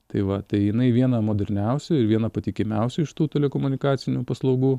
tai va tai jinai viena moderniausių ir viena patikimiausių iš tų telekomunikacinių paslaugų